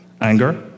anger